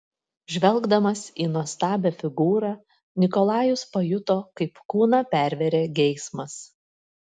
žvelgdamas į nuostabią figūrą nikolajus pajuto kaip kūną pervėrė geismas